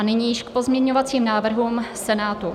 Nyní již k pozměňovacím návrhům Senátu.